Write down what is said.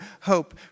hope